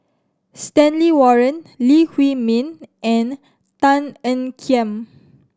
Stanley Warren Lee Huei Min and Tan Ean Kiam